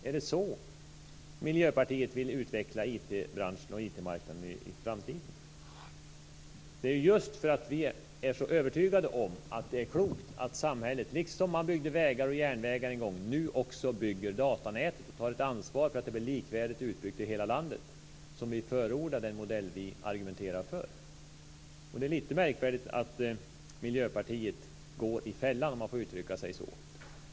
Är det så Miljöpartiet vill utveckla IT-branschen och Vi förordar vår modell just för att vi är så övertygade om att det är klokt att samhället, liksom det en gång byggde vägar och järnvägar, nu också bygger datanätet och tar ett ansvar för att det blir likvärdigt utbyggt i hela landet. Det är lite märkvärdigt att Miljöpartiet går i fällan, om man får uttrycka sig så.